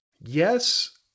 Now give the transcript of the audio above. Yes